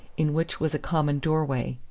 in which was a common door-way.